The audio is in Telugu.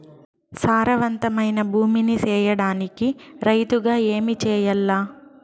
సారవంతమైన భూమి నీ సేయడానికి రైతుగా ఏమి చెయల్ల?